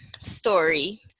story